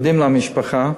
פונים למשפחה,